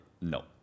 no